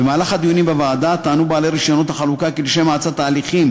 במהלך הדיונים בוועדה טענו בעלי רישיונות החלוקה כי לשם האצת ההליכים